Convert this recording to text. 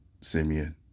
Simeon